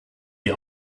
die